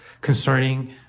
concerning